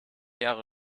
jahre